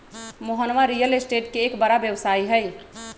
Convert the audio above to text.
Mohana real estate के एक बड़ा व्यवसायी हई